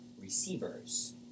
receivers